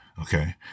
okay